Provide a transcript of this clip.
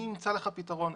אני אמצא לך פתרון.